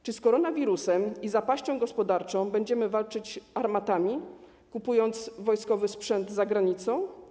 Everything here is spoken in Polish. Czy z koronawirusem i zapaścią gospodarczą będziemy walczyć armatami, kupując wojskowy sprzęt za granicą?